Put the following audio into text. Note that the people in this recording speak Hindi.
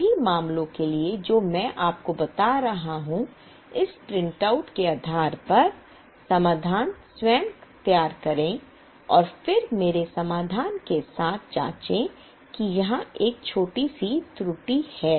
सभी मामलों के लिए जो मैं आपको बता रहा हूं इस प्रिंट आउट के आधार पर समाधान स्वयं तैयार करें और फिर मेरे समाधान के साथ जांचें कि यहां एक छोटी सी त्रुटि है